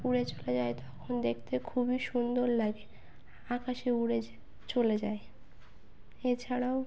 উড়ে চলে যায় তখন দেখতে খুবই সুন্দর লাগে আকাশে উড়ে চলে যায় এছাড়াও